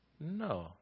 No